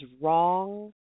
wrong